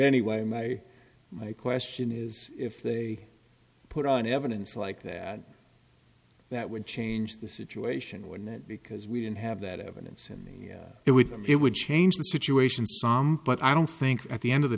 anyway my question is if they put on evidence like that that would change the situation were not because we didn't have that evidence and it would it would change the situation some but i don't think at the end of the